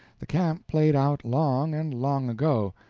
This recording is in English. the camp played out long and long ago,